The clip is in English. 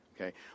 okay